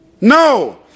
No